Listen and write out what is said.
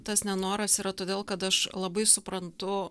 tas nenoras yra todėl kad aš labai suprantu